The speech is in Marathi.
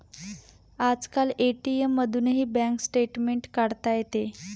आजकाल ए.टी.एम मधूनही बँक स्टेटमेंट काढता येते